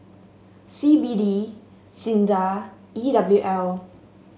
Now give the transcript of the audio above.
C B D SINDA E W L